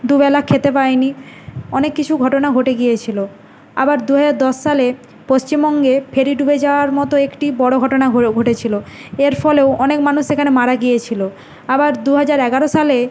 দুবেলা খেতে পায়নি অনেক কিছু ঘটনা ঘটে গিয়েছিল আবার দুহাজার দশ সালে পশ্চিমবঙ্গে ফেরি ডুবে যাওয়ার মতো একটি বড় ঘটনা ঘটেছিল এর ফলেও অনেক মানুষ সেখানে মারা গিয়েছিল আবার দুহাজার এগারো সালে